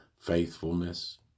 faithfulness